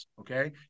okay